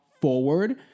forward